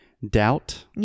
Doubt